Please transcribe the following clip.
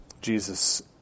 Jesus